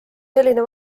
selline